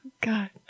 God